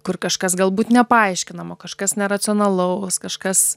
kur kažkas galbūt nepaaiškinama kažkas neracionalaus kažkas